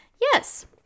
yes